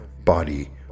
Body